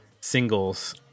singles